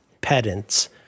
pedants